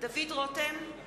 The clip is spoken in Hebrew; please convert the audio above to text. דוד רותם,